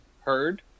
heard